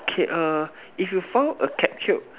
K err if you found a capsule